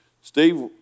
Steve